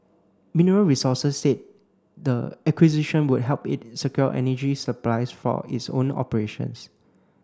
Mineral Resources said the acquisition would help it secure energy supplies for its own operations